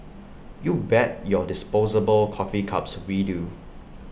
you bet your disposable coffee cups we do